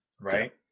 Right